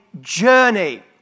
journey